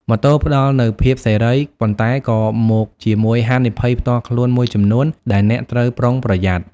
ម៉ូតូផ្តល់នូវសេរីភាព ប៉ុន្តែក៏មកជាមួយហានិភ័យផ្ទាល់ខ្លួនមួយចំនួនដែលអ្នកត្រូវប្រុងប្រយ័ត្ន។